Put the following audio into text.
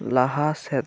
ᱞᱟᱦᱟ ᱥᱮᱫ